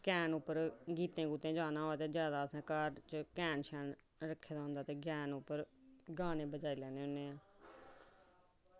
कैन पर गीतें जाना होऐ ते घर च कैन रक्खे दा होंदा ते कैन उप्पर गाने बजाई लैने होन्ने